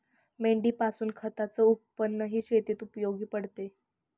मेंढीपासून खताच उत्पन्नही शेतीत उपयोगी पडते